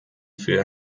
für